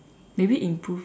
maybe improve